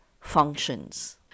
functions